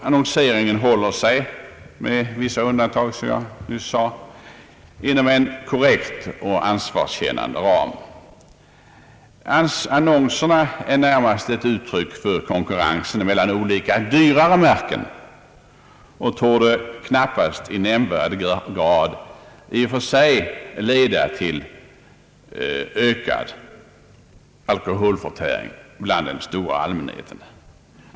Annonseringen håller sig — med vissa undantag som jag nyss nämnde — inom en korrekt och ansvarskännande ram. Annonserna är närmast ett uttryck för konkurrensen mellan olika dyrare märken och torde knappast i nämnvärd grad i och för sig leda till ökad alkoholförtäring bland den stora allmänheten.